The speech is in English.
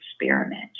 experiment